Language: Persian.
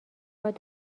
اومد